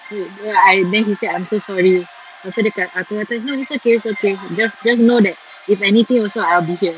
uh I then he said I'm so sorry lepas tu dia aku kata no it's okay it's okay just just know that if anything also I'll be here